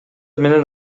менен